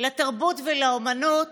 לתרבות ולאומנות